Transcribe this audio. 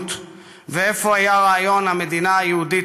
הציונות ואיפה היה רעיון המדינה היהודית